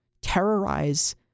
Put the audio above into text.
terrorize